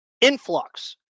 influx